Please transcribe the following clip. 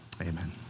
amen